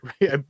right